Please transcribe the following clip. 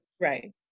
Right